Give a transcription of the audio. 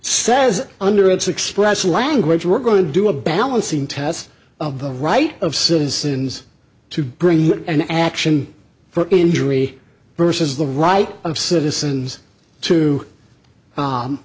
says under its express language we're going to do a balancing test of the right of citizens to bring an action for injury versus the right of citizens to